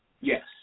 Yes